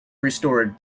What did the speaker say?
restored